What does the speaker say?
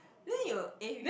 then you eh